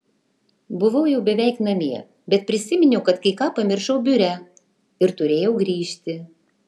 buvau jau beveik namie bet prisiminiau kad kai ką pamiršau biure ir turėjau grįžti